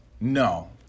No